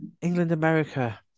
England-America